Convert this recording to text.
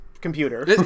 computer